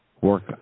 work